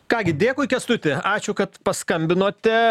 ką gi dėkui kęstuti ačiū kad paskambinote